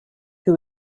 who